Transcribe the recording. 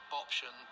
option